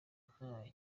nta